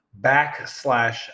backslash